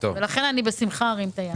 לכן אני ארים את היד